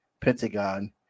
Pentagon